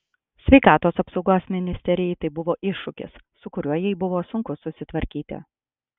sveikatos apsaugos ministerijai tai buvo iššūkis su kuriuo jai buvo sunku susitvarkyti